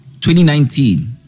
2019